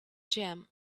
gem